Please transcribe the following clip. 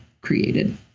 created